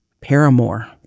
Paramore